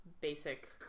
basic